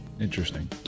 Interesting